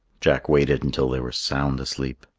jack waited until they were sound asleep.